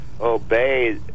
obey